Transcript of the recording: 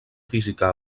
física